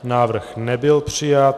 Návrh nebyl přijat.